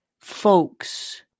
folks